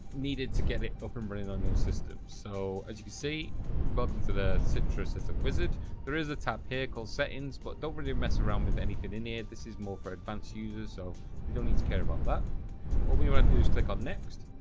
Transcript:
needed to get it up and running on your system so as you see welcome to the citruses of wizard there is a tap here called settings but don't really mess around with anything in here this is more for advanced users so you don't need to care about that what we want to do is click on um next